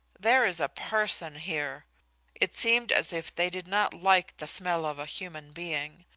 there is a person here it seemed as if they did not like the smell of a human being.